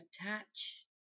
attach